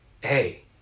hey